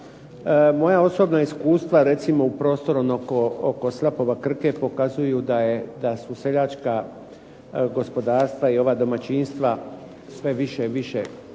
Moja osobna iskustva recimo oko prostora slapova Krke pokazuje da su seljačka gospodarstva i domaćinstva sve viši i više prisutna